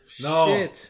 No